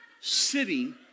sitting